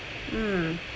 mm